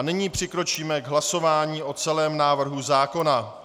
Nyní přikročíme k hlasování o celém návrhu zákona.